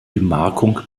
gemarkung